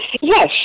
Yes